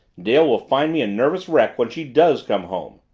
dale will find me a nervous wreck when she does come home.